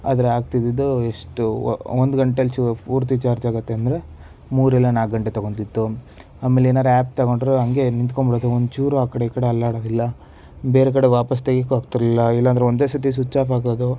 ಆದರೆ ಆಗ್ತಿದ್ದಿದ್ದು ಎಷ್ಟು ಒಂದು ಗಂಟೆಯಲ್ಲಿ ಚೂರು ಪೂರ್ತಿ ಚಾರ್ಜ್ ಆಗತ್ತೆ ಅಂದರೆ ಮೂರು ಇಲ್ಲ ನಾಲ್ಕು ಗಂಟೆ ತೊಗೊಂತಿತ್ತು ಆಮೇಲೆ ಏನಾದ್ರು ಆ್ಯಪ್ ತೊಗೊಂಡ್ರು ಹಾಗೆ ನಿಂತ್ಕೊಂಬಿಡೋದು ಒಂದು ಚೂರೂ ಆ ಕಡೆ ಈ ಕಡೆ ಅಲ್ಲಾಡೋದಿಲ್ಲ ಬೇರೆ ಕಡೆ ವಾಪಸ್ಸು ತೆಗಿಯೋಕ್ಕೂ ಆಗ್ತಿರ್ಲಿಲ್ಲ ಇಲ್ಲ ಅಂದರೆ ಒಂದೇ ಸತಿ ಸ್ವಿಚ್ ಆಫ್ ಆಗೋದು